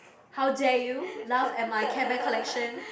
how dare you laugh at my Care Bear collection